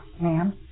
ma'am